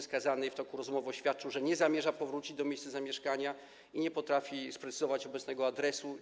Skazany w toku rozmowy oświadczył, że nie zamierza powrócić do miejsca zamieszkania i nie potrafi sprecyzować obecnego adresu.